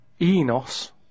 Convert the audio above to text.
Enos